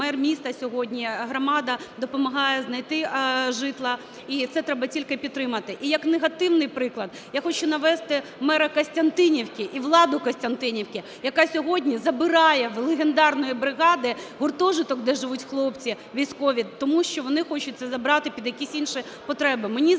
мер міста, сьогодні громада допомагає знайти житла і це треба тільки підтримати. І як негативний приклад я хочу навести мера Костянтинівки і владу Костянтинівки, яка сьогодні забирає в легендарної бригади гуртожиток, де живуть хлопці військові, тому що вони хочуть це забрати під якісь інші потреби.